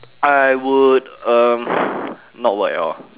I would um not work at all